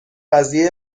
قضیه